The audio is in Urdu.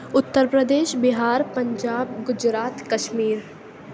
اتر پردیش بہار پنجاب گجرات کشمیر